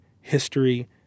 history